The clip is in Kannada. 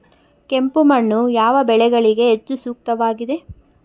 ಕೆಂಪು ಮಣ್ಣು ಯಾವ ಬೆಳೆಗಳಿಗೆ ಹೆಚ್ಚು ಸೂಕ್ತವಾಗಿದೆ?